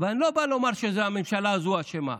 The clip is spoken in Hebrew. אני לא בא לומר שהממשלה הזו אשמה,